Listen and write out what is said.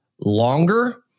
longer